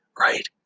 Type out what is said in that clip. right